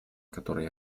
которой